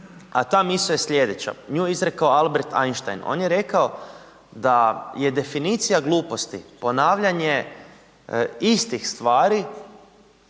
a ta misao je sljedeća. Nju je izrekao Albert Einstein. On je rekao da je definicija gluposti ponavljanje istih stvari,